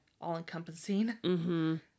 all-encompassing